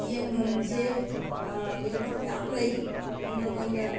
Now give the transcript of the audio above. ꯌꯦꯡꯐꯝꯁꯦ ꯌꯦꯡꯐꯝ ꯌꯥꯝꯅ ꯂꯩ ꯑꯗꯨꯅ ꯃꯣꯏꯅ